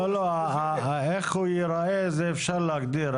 איך הוא ייראה אפשר להגדיר,